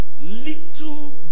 little